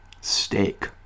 steak